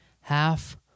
half